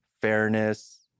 fairness